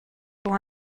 pour